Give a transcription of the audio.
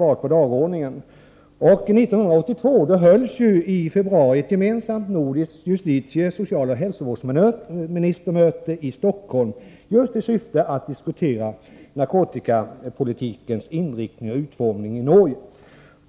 1982 hölls i februari ett gemensamt nordiskt justitie-, socialoch hälsovårdsministermöte i Stockholm just i syfte att diskutera narkotikapolitikens inriktning och utformning i Norden.